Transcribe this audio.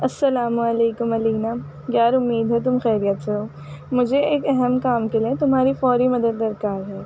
السلام علیکم علینا یار امید ہے تم خیریت سے ہو مجھے ایک اہم کام کے لیے تمہاری فوری مدد درکار ہے